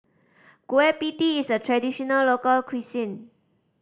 Kueh Pie Tee is a traditional local cuisine